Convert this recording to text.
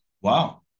wow